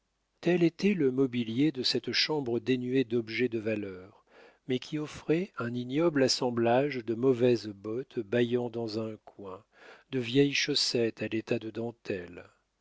tel était le mobilier de cette chambre dénuée d'objets de valeur mais qui offrait un ignoble assemblage de mauvaises bottes bâillant dans un coin de vieilles chaussettes à l'état de dentelle